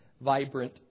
vibrant